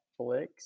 Netflix